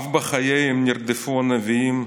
אף בחייהם נרדפו הנביאים,